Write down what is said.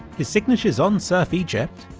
his signature's on surf egypt,